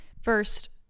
First